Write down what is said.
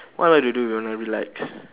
what I like to do when I relax